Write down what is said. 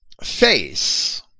face